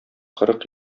кырык